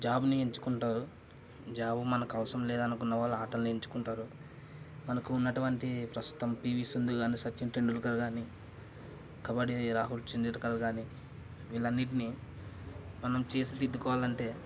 జాబ్ని ఎంచుకుంటారు జాబు మనకు అవసరం లేదు అనుకున్న వాళ్లు ఆటని ఎంచుకుంటారు మనకున్నటువంటి ప్రస్తుతం పీవీ సింధు గానీ సచిన్ టెండూల్కర్ గానీ కబడ్డీ రాహుల్ చండీల్కర్ గానీ వీరన్నిటిని మనం చేసిదిద్దుకోవాలంటే